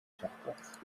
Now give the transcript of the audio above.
schachbretts